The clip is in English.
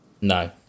No